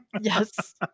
Yes